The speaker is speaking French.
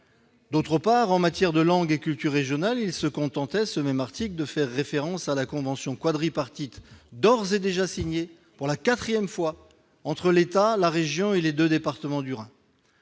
D'autre part, en matière de langue et de culture régionales, il se contentait de faire référence à la convention quadripartite d'ores et déjà signée, pour la quatrième fois, entre l'État, la région et les deux départements du Rhin.